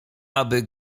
aby